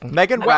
Megan